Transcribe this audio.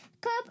cup